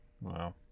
Wow